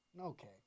Okay